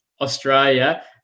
Australia